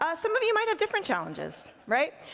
ah some of you might have different challenges, right?